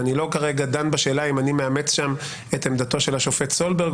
ואני לא דן כרגע בשאלה אם אני מאמץ שם את עמדתו של השופט סולברג